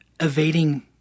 evading